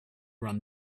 run